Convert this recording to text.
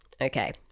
Okay